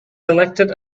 selected